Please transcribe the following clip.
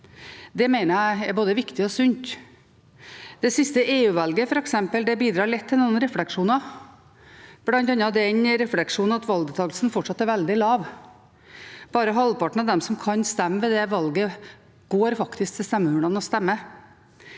Det mener jeg er både viktig og sunt. Det siste EU-valget, f.eks., bidrar lett til noen refleksjoner, bl.a. den refleksjonen at valgdeltakelsen fortsatt er veldig lav. Bare halvparten av dem som kan stemme ved det valget, går faktisk til stemmeurnene og stemmer.